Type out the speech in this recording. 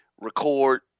record